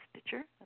Stitcher